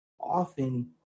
often